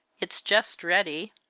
it is just ready.